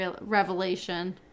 revelation